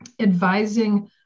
advising